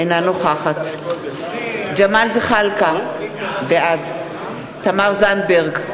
אינה נוכחת ג'מאל זחאלקה, בעד תמר זנדברג,